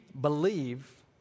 believe